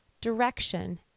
direction